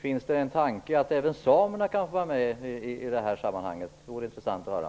Finns det en tanke att även samerna skall kunna få vara med i detta sammanhang? Det vore intressant att höra.